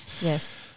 Yes